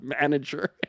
manager